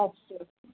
अस्तु अस्तु